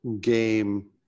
game